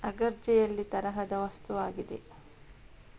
agar jelly ತರಹದ ವಸ್ತುವಾಗಿದೆ